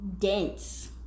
dense